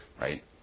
right